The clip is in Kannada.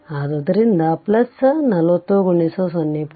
ಆದ್ದರಿಂದ 40 0